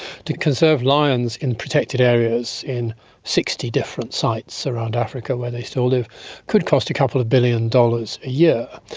to conserve lions in protected areas in sixty different sites around africa where they still live could cost a couple of billion dollars a year.